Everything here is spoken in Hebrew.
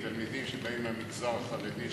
תלמידים שבאים מהמגזר החרדי,